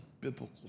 biblical